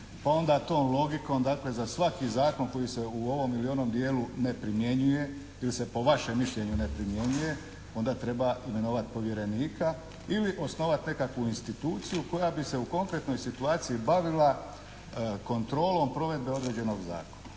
pa onda tom logikom, dakle za svaki zakon koji se u ovom ili onom dijelu ne primjenjuje ili se po vašem mišljenju ne primjenjuje onda treba imenovati povjerenika ili osnovati nekakvu instituciju koja bi se u konfliktnoj situaciji bavila kontrolom provedbe određenog zakona.